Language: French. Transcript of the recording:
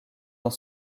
dans